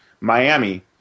Miami